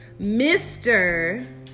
Mr